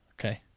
okay